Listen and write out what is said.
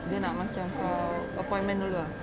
dia nak macam kau appointment dulu